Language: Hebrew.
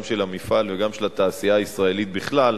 גם של המפעל וגם של התעשייה הישראלית בכלל.